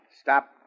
Stop